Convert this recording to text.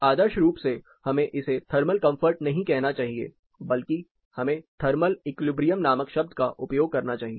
आदर्श रूप से हमें इसे थर्मल कम्फर्ट नहीं कहना चाहिए बल्कि हमें थर्मल इक्विलिब्रियम नामक शब्द का उपयोग करना चाहिए